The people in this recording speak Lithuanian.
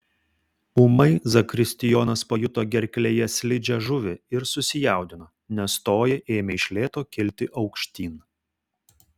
ūmai zakristijonas pajuto gerklėje slidžią žuvį ir susijaudino nes toji ėmė iš lėto kilti aukštyn